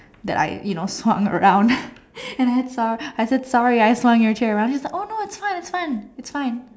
that I you know swung around and I sor~ I said sorry I swung your chair around she was like oh no it's fine it's fine it's fine